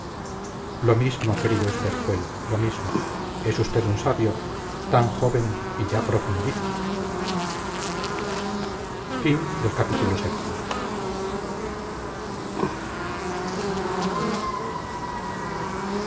lo mismo querido estercuel lo mismo es usted un sabio tan joven y ya profundiza